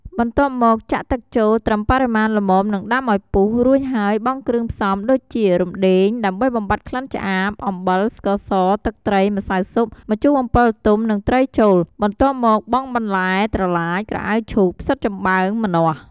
បន្ទាប់មក ចាក់ទឹកចូលត្រឹមបរិមាណល្មមនិងដាំឱ្យពុះ រួចហើយបង់គ្រឿងផ្សំ ដូចជា រំដេងដើម្បីបំបាត់ក្លិនឆ្អាប អំបិល ស្ករស ទឹកត្រី ម្សៅស៊ុប ម្ជូរអំពិលទុំ និងត្រីចូល បន្ទាប់មកបង់បន្លែ ត្រឡាច ក្រអៅឈូក ផ្សិតចំបើង ម្នាស់។